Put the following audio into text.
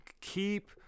keep